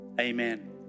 amen